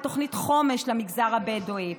על תוכנית חומש למגזר הבדואי.